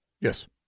Yes